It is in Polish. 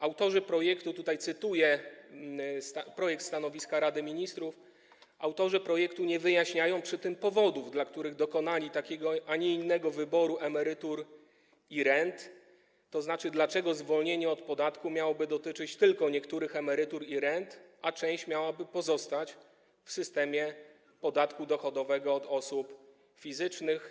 Autorzy projektu - tutaj cytuję projekt stanowiska Rady Ministrów - nie wyjaśniają przy tym powodów, dla których dokonali takiego, a nie innego wyboru emerytur i rent, to znaczy dlaczego zwolnienie od podatku miałoby dotyczyć tylko niektórych emerytur i rent, a część miałaby pozostać w systemie podatku dochodowego od osób fizycznych.